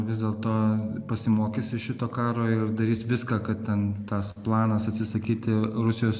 vis dėlto pasimokys iš šito karo ir darys viską kad ten tas planas atsisakyti rusijos